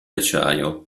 acciaio